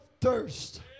thirst